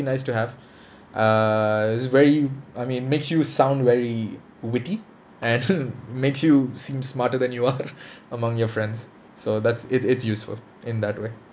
nice to have err it was very I mean makes you sound very witty and makes you seem smarter than you are among your friends so that's it it's useful in that way